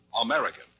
American